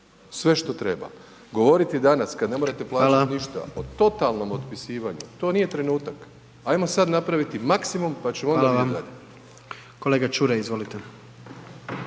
Sve što treba. Govoriti danas kad ne morate plaćati ništa o totalnom otpisivanju, to nije trenutak. Ajmo sad napraviti maksimum pa ćemo onda vidjeti dalje. **Jandroković,